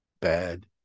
bad